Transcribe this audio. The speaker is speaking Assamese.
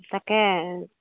তাকে